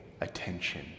attention